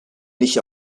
nicht